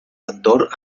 cantor